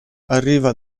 arriva